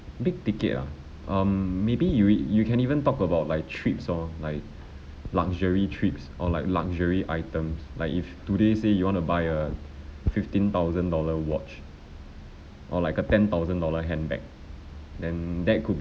big ticket ah um maybe you e~ you can even talk about like trips loh like luxury trips or like luxury items like if today say you want to buy a fifteen thousand dollar watch or like a ten thousand dollar handbag then that could